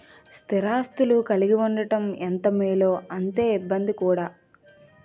స్థిర ఆస్తులు కలిగి ఉండడం ఎంత మేలో అంతే ఇబ్బంది కూడా